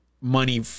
money